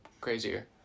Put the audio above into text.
crazier